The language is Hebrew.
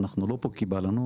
אנחנו לא פה כי בא לנו,